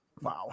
Wow